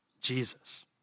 Jesus